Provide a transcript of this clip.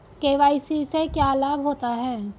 KYC से क्या लाभ होता है?